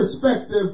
perspective